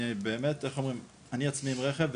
אני עצמי עם רכב,